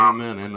Amen